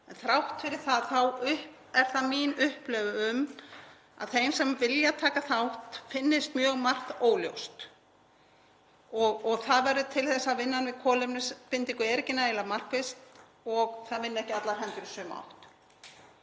Þrátt fyrir það er það mín upplifun að þeim sem vilja taka þátt finnist margt óljóst. Það verður til þess að vinnan við kolefnisbindingu er ekki nægilega markviss og það vinna ekki allar hendur í sömu átt.